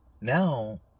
now